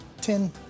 Ten